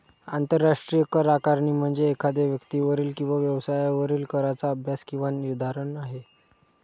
आंतरराष्ट्रीय करआकारणी म्हणजे एखाद्या व्यक्तीवरील किंवा व्यवसायावरील कराचा अभ्यास किंवा निर्धारण आहे